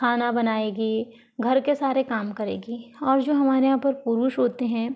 खाना बनाएगी घर के सारे काम करेगी और जो हमारे यहाँ पर पुरुष होते हैं